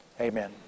Amen